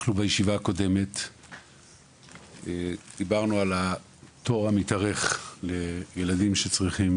אנחנו בישיבה הקודמת דיברנו על התור המתארך לילדים שצריכים